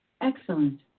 Excellent